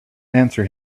answer